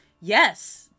yes